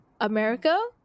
America